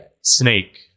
snake